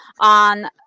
on